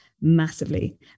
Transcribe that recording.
massively